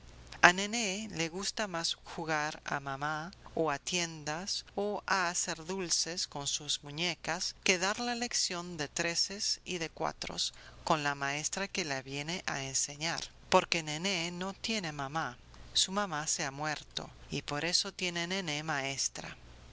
a nené le gusta más jugar a mamá o a tiendas o a hacer dulces con sus muñecas que dar la lección de treses y de cuatros con la maestra que le viene a enseñar porque nené no tiene mamá su mamá se ha muerto y por eso tiene nené maestra